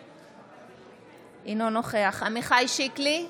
אינו נוכח עמיחי שיקלי,